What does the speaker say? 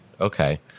Okay